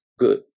good